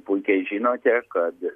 puikiai žinote kad